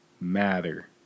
matter